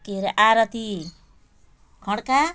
के रे आरती खड्का